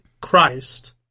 Christ